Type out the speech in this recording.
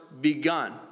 begun